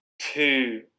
two